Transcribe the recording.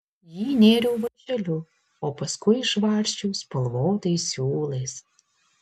jį nėriau vąšeliu o paskui išvarsčiau spalvotais siūlais